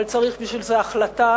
אבל צריך בשביל זה החלטה,